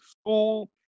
school